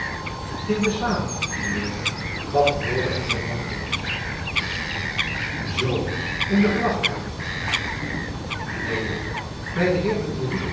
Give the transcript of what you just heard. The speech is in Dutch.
in de zwaen mijn heer gaf de bode hem ten antwoord zoo in de gelagkamer neen mijn heer by den